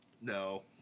No